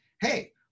hey